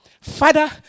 Father